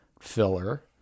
filler